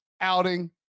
outing